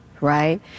right